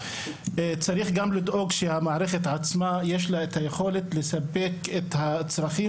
צריך לדאוג גם שלמערכת עצמה יש את היכולת לספק את הצרכים